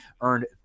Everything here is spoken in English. earned